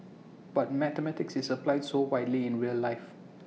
but mathematics is applied so widely in real life